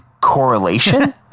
correlation